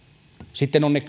sitten ovat ne